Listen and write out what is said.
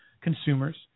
consumers